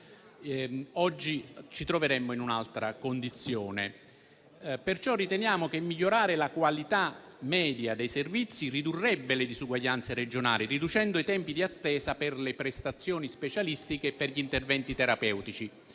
oggi ci troveremmo in un'altra condizione. Siamo convinti, perciò, che migliorare la qualità media dei servizi ridurrebbe le disuguaglianze regionali, diminuendo i tempi di attesa per le prestazioni specialistiche e per gli interventi terapeutici.